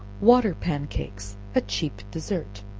water pan cakes a cheap dessert.